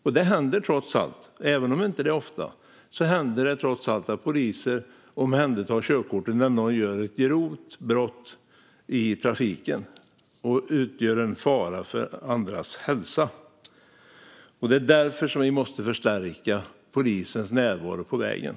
Och det händer trots allt, även om det inte är ofta, att poliser omhändertar körkortet när någon begår ett grovt brott i trafiken och utgör en fara för andras hälsa. Det är därför vi måste förstärka polisens närvaro på vägarna.